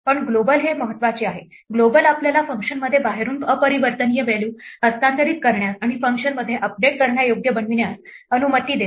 पण ग्लोबल हे महत्त्वाचे आहे ग्लोबल आपल्याला फंक्शनमध्ये बाहेरून अपरिवर्तनीय व्हॅल्यू हस्तांतरित करण्यास आणि फंक्शनमध्ये अपडेट करण्यायोग्य बनविण्यास अनुमती देते